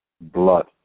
blood